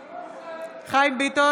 (קוראת בשמות חברי הכנסת) חיים ביטון,